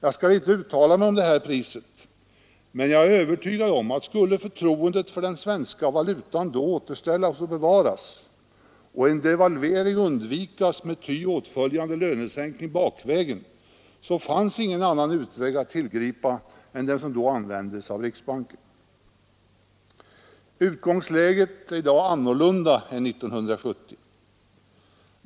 Jag skall inte uttala mig om detta pris, men jag är övertygad om att det, för att återställa och bevara förtroendet för den svenska valutan och för att undvika en devalvering med ty åtföljande lönesänkning bakvägen, inte fanns någon annan utväg att tillgripa än den som då användes av riksbanken. Utgångsläget i dag är något annorlunda än år 1970.